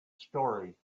story